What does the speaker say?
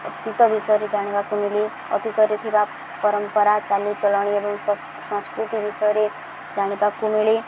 ଅତୀତ ବିଷୟରେ ଜାଣିବାକୁ ମିଳେ ଅତୀତରେ ଥିବା ପରମ୍ପରା ଚାଲିଚଳଣି ଏବଂ ସଂସ୍କୃତି ବିଷୟରେ ଜାଣିବାକୁ ମିଳେ